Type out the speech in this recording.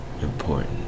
important